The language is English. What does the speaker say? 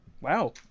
Wow